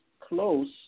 close